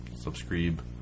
subscribe